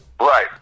Right